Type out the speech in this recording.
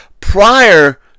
prior